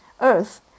Earth